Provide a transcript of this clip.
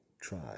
try